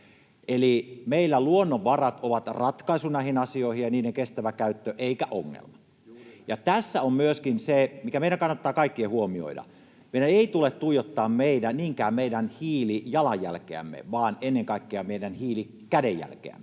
ja niiden kestävä käyttö on ratkaisu näihin asioihin, eikä ongelma. [Arto Satonen: Juuri näin!] Ja tässä on myöskin se, mikä meidän kannattaa kaikkien huomioida: meidän ei tule tuijottaa niinkään meidän hiilijalanjälkeämme, vaan ennen kaikkea meidän hiilikädenjälkeämme,